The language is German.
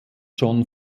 john